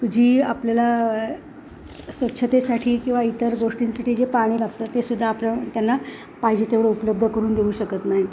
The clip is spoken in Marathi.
जी आपल्याला स्वच्छतेसाठी किंवा इतर गोष्टींसाठी जे पाणी लागत ते सुद्धा आपल्या त्यांना पाहिजे तेवढं उपलब्ध करून देऊ शकत नाही